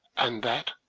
and that,